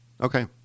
Okay